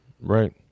Right